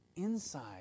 inside